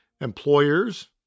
employers